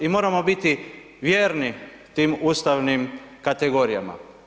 I moramo biti vjerni tim ustavnim kategorijama.